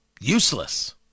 useless